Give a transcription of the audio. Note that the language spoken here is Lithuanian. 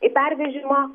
į pervežimą